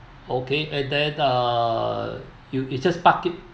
okay uh then uh you you just park it